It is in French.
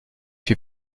fut